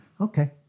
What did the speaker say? okay